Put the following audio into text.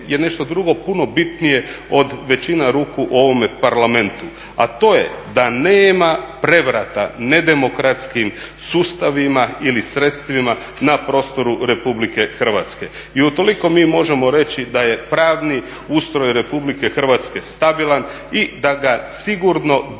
je nešto drugo puno bitnije od većina ruku u ovome Parlamentu, a to je da nema prevrata nedemokratskim sustavima ili sredstvima na prostoru RH i utoliko mi možemo reći da je pravni ustroj RH stabilan i da ga sigurno van